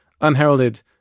unheralded